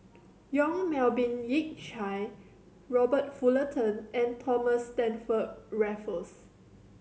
Yong Melvin Yik Chye Robert Fullerton and Thomas Stamford Raffles